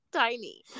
Tiny